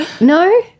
No